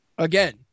Again